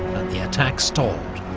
the attack stalled.